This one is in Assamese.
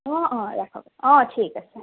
অঁ অঁ ৰাখক অঁ ঠিক আছে